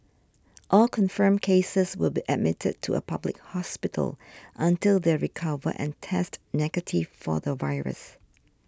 all confirmed cases will be admitted to a public hospital until they recover and test negative for the virus